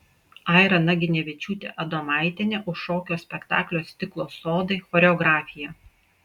aira naginevičiūtė adomaitienė už šokio spektaklio stiklo sodai choreografiją